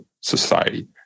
society